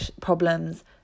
Problems